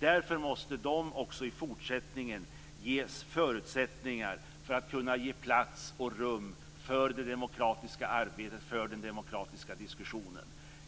Därför måste de också i fortsättningen ges förutsättningar att ge plats och rum för det demokratiska arbetet och för den demokratiska diskussionen.